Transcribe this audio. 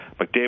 McDavid